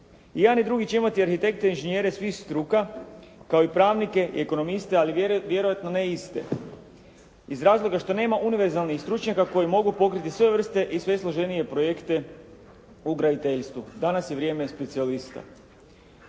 I jedan i drugi će imati arhitekte i inženjere svih struka, kao i pravnike i ekonomiste ali vjerojatno ne iste. Iz razloga što nema univerzalnih stručnjaka koji mogu pokriti sve vrste i sve složenije projekte u graditeljstvo. Danas je vrijeme specijalista.